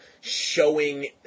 showing